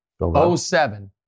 07